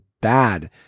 bad